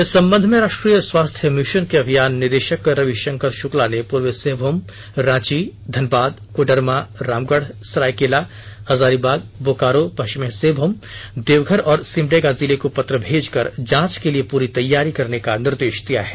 इस संबंध में राष्ट्रीय स्वास्थ्य मिशन के अभियान निदेशक रवि शंकर शुक्ला ने पूर्वी सिंहभूम रांची धनबाद कोडरमा रामगढ़ सरायकेला हजारीबाग बोकारो पश्चिमी सिंहभूम देवघर और सिमडेगा जिले को पत्र भेजकर जांच के लिए पूरी तैयारी करने का निर्देश दिया है